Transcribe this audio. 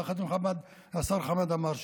יחד עם השר חמד עמאר,